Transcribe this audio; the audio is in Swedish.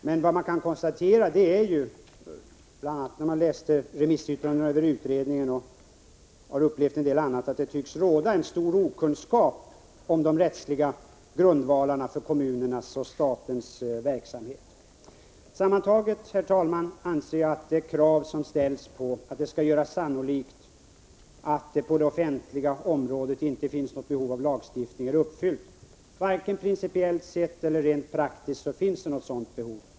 Men jag har kunnat konstatera, bl.a. efter att ha läst remissyttrandena över utredningen men också i en del andra sammanhang, att det tycks råda en stor okunskap om de rättsliga grundvalarna för kommunernas och statens verksamhet. Sammantaget, herr talman, anser jag att det krav som ställs på att det skall göras sannolikt att det på det offentliga området inte finns något behov av lagstiftning är uppfyllt. Varken principiellt eller rent praktiskt finns det något sådant behov.